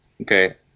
Okay